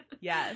Yes